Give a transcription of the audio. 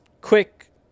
quick